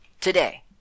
today